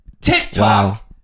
TikTok